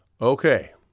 Okay